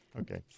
Okay